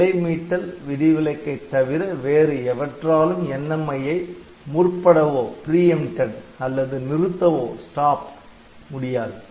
நிலை மீட்டல் விதிவிலக்கை தவிர வேறு எவற்றாலும் NMI ஐ முற்படவோ அல்லது நிறுத்தவோ முடியாது